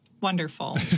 wonderful